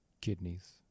kidneys